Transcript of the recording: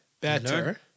Better